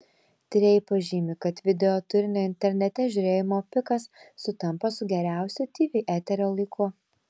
tyrėjai pažymi kad videoturinio internete žiūrėjimo pikas sutampa su geriausiu tv eterio laiku